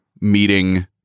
meeting